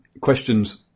questions